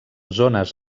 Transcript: zones